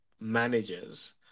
managers